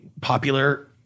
popular